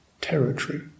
territory